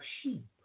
sheep